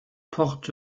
port